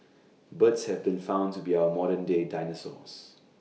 birds have been found to be our modern day dinosaurs